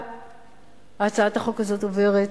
הצעת החוק הזאת עוברת,